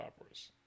operas